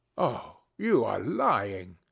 oh, you are lying.